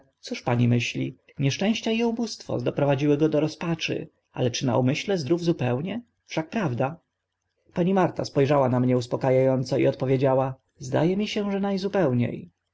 cóż pani myśli nieszczęścia i ubóstwo doprowadziły go do rozpaczy ale na umyśle zdrów zupełnie wszak prawda pani marta spo rzała na mnie uspoka a ąco i odpowiedziała zda e mi się że na